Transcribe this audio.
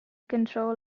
control